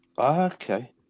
okay